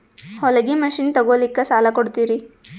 ಹೊಲಗಿ ಮಷಿನ್ ತೊಗೊಲಿಕ್ಕ ಸಾಲಾ ಕೊಡ್ತಿರಿ?